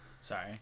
Sorry